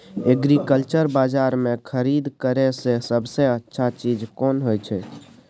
Agriculture बाजार में खरीद करे से सबसे अच्छा चीज कोन होय छै?